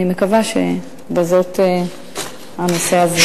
אני מקווה שבזאת הנושא הזה ייפתר.